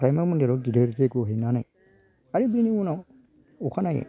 primary मन्दिरआव गिदिर जैग्य' हैनानै आरो बेनि उनाव अखानायै